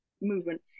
movement